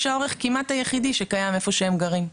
האורך כמעט היחידי שקיים איפה שהם גרים,